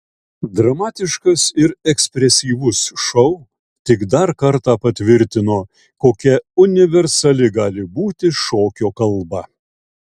dramatiškas ir ekspresyvus šou tik dar kartą patvirtino kokia universali gali būti šokio kalba